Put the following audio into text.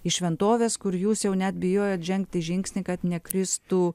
į šventoves kur jūs jau net bijojot žengti žingsnį kad nekristų